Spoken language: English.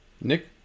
Nick